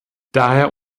daher